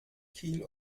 kiel